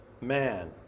man